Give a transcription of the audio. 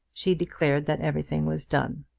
she declared that everything was done.